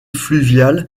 fluviale